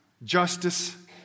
Justice